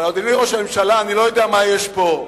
אבל, אדוני ראש הממשלה, אני לא יודע מה יש פה: